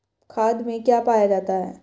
खाद में क्या पाया जाता है?